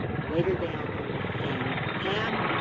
later down on this same tab,